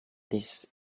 this